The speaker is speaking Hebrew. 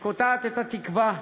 שקוטעת את התקווה,